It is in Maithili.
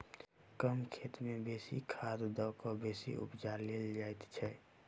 कम खेत मे बेसी खाद द क बेसी उपजा लेल जाइत छै